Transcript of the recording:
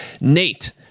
Nate